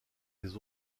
les